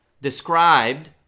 described